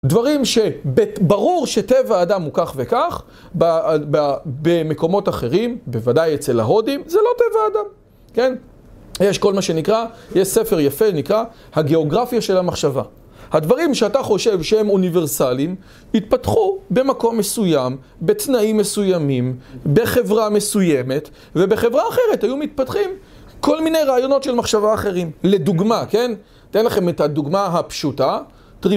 דברים שברור שטבע האדם הוא כך וכך במקומות אחרים, בוודאי אצל ההודים, זה לא טבע האדם, כן? יש כל מה שנקרא, יש ספר יפה, נקרא, הגיאוגרפיה של המחשבה. הדברים שאתה חושב שהם אוניברסליים, התפתחו במקום מסוים, בתנאים מסוימים, בחברה מסוימת, ובחברה אחרת היו מתפתחים כל מיני רעיונות של מחשבה אחרים. לדוגמה, כן? אתן לכם את הדוגמה הפשוטה.